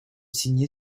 signer